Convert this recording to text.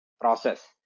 process